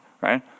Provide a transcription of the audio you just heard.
right